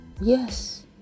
Yes